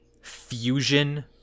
fusion